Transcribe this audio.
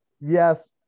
yes